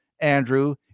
Andrew